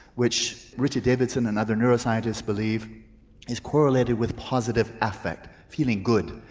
which richard davidson and other neuroscientists believe is correlated with positive effect, feeling good.